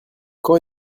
quand